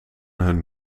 hun